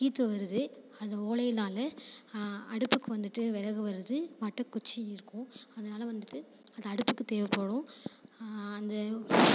கீற்று வருது அந்த ஓலையினால் அடுப்புக்கு வந்துட்டு விறகு வருது மட்டக்குச்சி இருக்கும் அதனால வந்துட்டு அது அடுப்புக்கு தேவைப்படும் அந்த